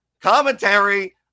commentary